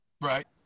Right